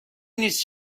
نیست